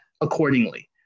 accordingly